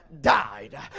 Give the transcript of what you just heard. died